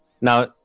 Now